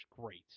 great